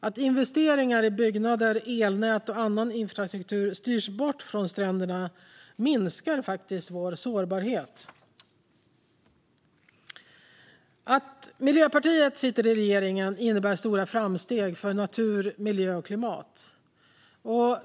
Att investeringar i byggnader, elnät och annan infrastruktur styrs bort från stränderna minskar faktiskt vår sårbarhet. Att Miljöpartiet sitter i regeringen innebär stora framsteg för natur, miljö och klimat.